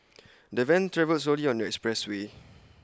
the van travelled slowly on the expressway